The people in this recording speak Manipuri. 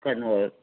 ꯀꯩꯅꯣ